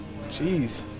Jeez